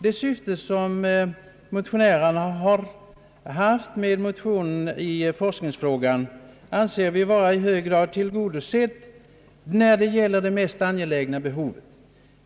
Vi anser att motionärernas syfte i forskningsfrågan i hög grad härigenom tillgodoses när det gäller de mest angelägna behoven.